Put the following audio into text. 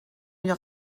اینو